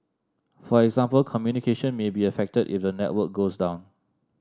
for example communication may be affected if the network goes down